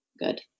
good